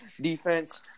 Defense